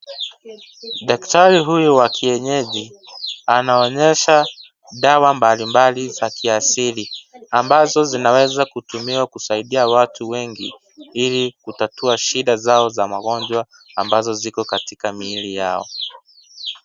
Daktari huyu wa kienyeji anaonyesha dawa mbalimbali za kiasili ambazo zinaweza kutumia kusaidia watu wengi ili kutatua shida zao za magonjwa ambazo ziko katika miili Yao.